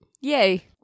yay